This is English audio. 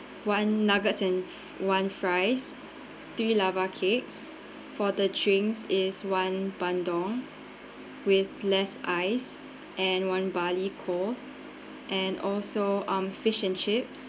one nugget and f~ one fries three lava cakes for the drinks is one bandung with less ice and one barley cold and also um fish and chips